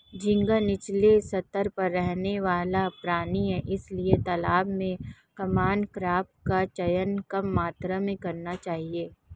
झींगा नीचले स्तर पर रहने वाला प्राणी है इसलिए तालाब में कॉमन क्रॉप का चयन कम मात्रा में करना चाहिए